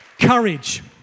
Courage